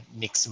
mix